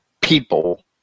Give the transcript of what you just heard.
people